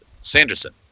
Sanderson